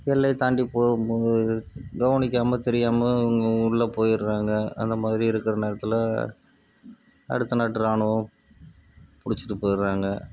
எல்லையை தாண்டி போகும்போது கவனிக்காமல் தெரியாமல் அவங்க உள்ள போயிடறாங்க அந்த மாதிரி இருக்கிற நேரத்தில் அடுத்த நாட்டு ராணுவம் பிடிச்சிட்டு போயிடறாங்க